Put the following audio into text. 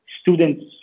students